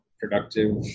productive